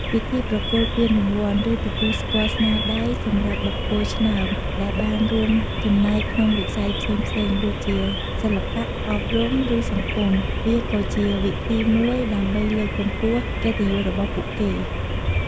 ពិធីប្រគល់ពានរង្វាន់ ឬទទួលស្គាល់ស្នាដៃសម្រាប់បុគ្គលឆ្នើមដែលបានរួមចំណែកក្នុងវិស័យផ្សេងៗដូចជា សិល្បៈ អប់រំ ឬសង្គម វាក៏ជាវិធីមួយដើម្បីលើកកម្ពស់កិត្តិយសរបស់ពួកគេ។